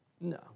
No